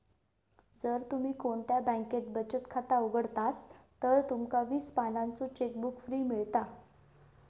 जर तुम्ही कोणत्या बॅन्केत बचत खाता उघडतास तर तुमका वीस पानांचो चेकबुक फ्री मिळता